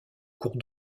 cours